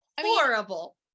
horrible